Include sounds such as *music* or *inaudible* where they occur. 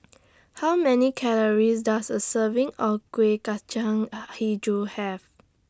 How Many Calories Does A Serving of Kueh Kacang *noise* Hijau Have